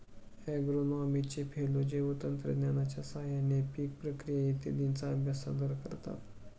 ॲग्रोनॉमीचे फेलो जैवतंत्रज्ञानाच्या साहाय्याने पीक प्रक्रिया इत्यादींचा अभ्यास सादर करतात